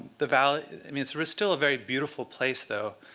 the valley i mean, it's still a very beautiful place though.